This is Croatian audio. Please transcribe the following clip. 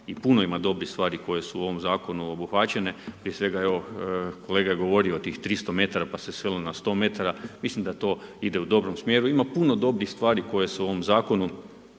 i puno ima dobrih stvari koje su u ovom zakonu obuhvaćene, prije svega evo kolega je govorio o tih 300 metara pa seli na 100 metara, mislim da to ide u dobrom smjeru ima puno dobrih stvari koje se u ovom zakonu